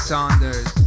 Saunders